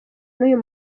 n’uyu